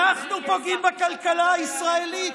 אתם פוגעים, אנחנו פוגעים בכלכלה הישראלית?